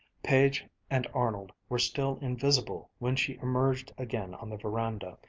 page and arnold were still invisible when she emerged again on the veranda,